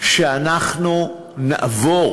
שאנחנו נעבור